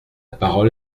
parole